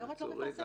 היום את לא מפרסמת.